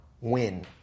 win